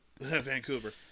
Vancouver